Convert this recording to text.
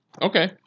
Okay